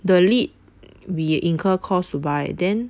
the lead we incur costs to buy then